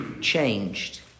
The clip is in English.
changed